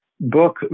book